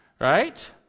right